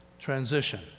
Transition